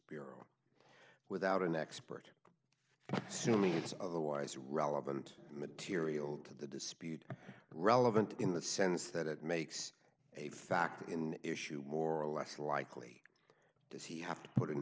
bureau without an expert sumi it's otherwise relevant material to the dispute relevant in the sense that it makes a fact in issue more or less likely does he have to put an